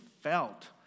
felt